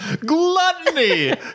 gluttony